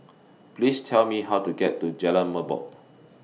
Please Tell Me How to get to Jalan Merbok